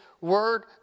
word